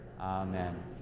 Amen